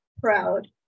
proud